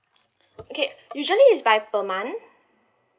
okay usually is by per month